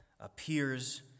appears